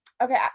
okay